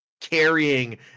carrying